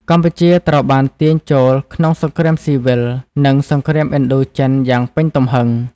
កម្ពុជាត្រូវបានទាញចូលក្នុងសង្គ្រាមស៊ីវិល និងសង្គ្រាមឥណ្ឌូចិនយ៉ាងពេញទំហឹង។